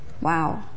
Wow